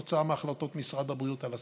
בעקבות החלטות משרד הבריאות על הסגר.